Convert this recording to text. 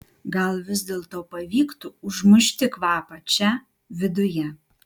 gal vis dėlto pavyktų užmušti kvapą čia viduje